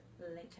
later